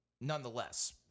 nonetheless